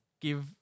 give